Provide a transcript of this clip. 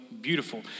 beautiful